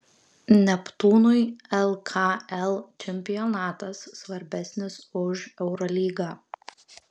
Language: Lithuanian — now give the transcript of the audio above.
neptūnui lkl čempionatas svarbesnis už eurolygą